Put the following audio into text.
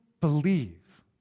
believe